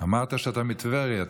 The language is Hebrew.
אמרת שאתה מטבריה.